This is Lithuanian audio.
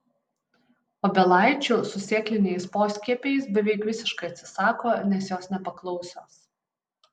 obelaičių su sėkliniais poskiepiais beveik visiškai atsisako nes jos nepaklausios